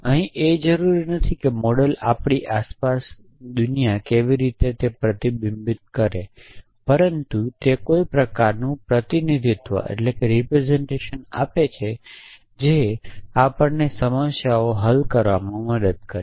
અહી એ જરૂરી નથી કે એ મોડેલ આપણી આસપાસ દુનિયા કેવી રીતે તે પ્રતિબિંબિત કરે પરંતુ તે કોઈ પ્રકારનું પ્રતિનિધિત્વ આપે જે આપણને સમસ્યાઓ હલ કરવામાં મદદ કરે